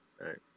right